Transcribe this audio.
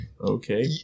Okay